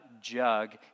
jug